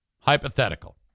Hypothetical